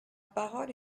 parole